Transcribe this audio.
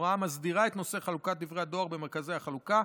הוראה המסדירה את נושא חלוקת דברי הדואר במרכזי החלוקה.